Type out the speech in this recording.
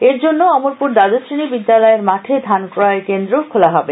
এর জন্য অমরপুর দ্বাদশ শ্রেণী বিদ্যালয়ের মাঠে ধান ক্রয় কেন্দ্র খোলা হবে